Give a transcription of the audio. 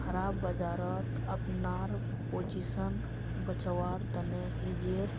खराब बजारत अपनार पोजीशन बचव्वार तने हेजेर